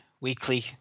weekly